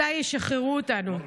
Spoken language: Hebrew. מתי ישחררו אותנו?